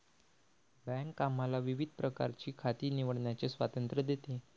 bank आम्हाला विविध प्रकारची खाती निवडण्याचे स्वातंत्र्य देते